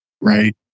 right